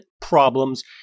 problems